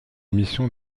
mission